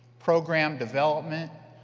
program development,